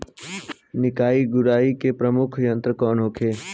निकाई गुराई के प्रमुख यंत्र कौन होखे?